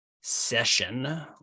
session